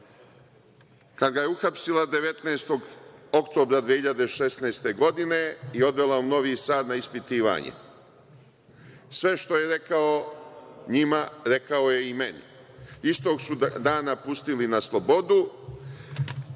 kad ga je uhapsila 19. oktobara 2016. godine i odvela u Novi Sad na ispitivanje. Sve što je rekao njima, rekao je i meni. Istog su ga dana pustili na slobodu,